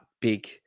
big